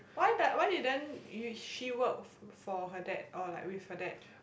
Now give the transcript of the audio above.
why da~ why didn't y~ she work for for her dad or like with her dad